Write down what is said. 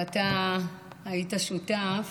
ואתה היית שותף